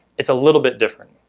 it's a little bit different.